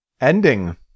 ending